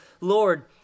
Lord